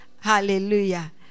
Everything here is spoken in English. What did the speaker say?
Hallelujah